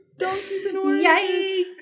Yikes